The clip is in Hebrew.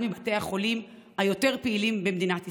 מבתי החולים היותר-פעילים במדינת ישראל.